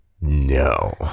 No